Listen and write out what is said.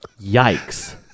yikes